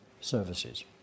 services